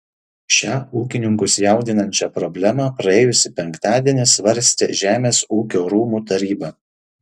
šią ūkininkus jaudinančią problemą praėjusį penktadienį svarstė žemės ūkio rūmų taryba